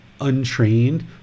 untrained